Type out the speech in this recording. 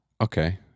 okay